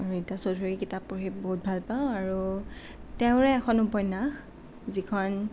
ৰীতা চৌধুৰীৰ কিতাপ পঢ়ি বহুত ভাল পাওঁ আৰু তেওঁৰে এখন উপন্যাস যিখন